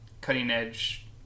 cutting-edge